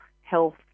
health